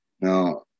Now